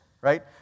right